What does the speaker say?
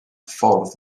ffordd